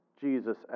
Jesus